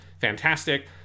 fantastic